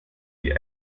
die